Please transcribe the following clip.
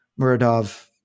Muradov